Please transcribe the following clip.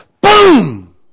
boom